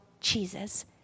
Jesus